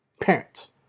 parents